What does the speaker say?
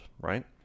right